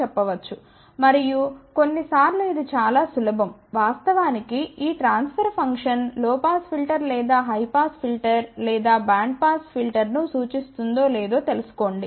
మరియు కొన్నిసార్లు ఇది చాలా సులభం వాస్తవానికి ఈ transfer function low pass filter లేదా హై పాస్ ఫిల్టర్ లేదా బ్యాండ్ పాస్ ఫిల్టర్ను సూచిస్తుందో లేదో తెలుసుకోండి